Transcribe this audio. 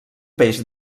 peix